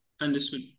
Understood